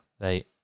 right